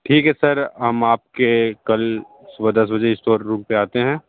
ठीक है सर हम आपके कल सुबह दस बजे स्टोर रूम पे आते हैं